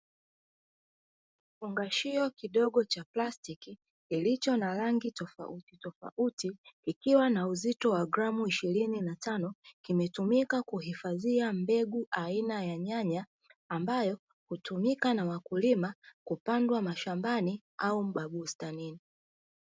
Kifungashio kidogo cha plastiki kilicho na rangi tofautitofauti kikiwa na uzito wa gramu ishirini na tano. Kimetumika kuhifadhia mbegu aina ya nyanya ambayo hutumika na wakulima kupandwa mashambani au mabustanini.